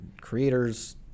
creators